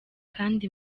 kandi